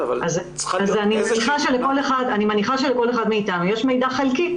אני מניחה שלכל אחד מאתנו יש מידע חלקי.